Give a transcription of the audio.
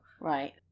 Right